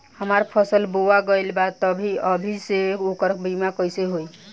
हमार फसल बोवा गएल बा तब अभी से ओकर बीमा कइसे होई?